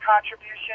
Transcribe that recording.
contribution